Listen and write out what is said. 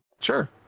sure